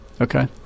Okay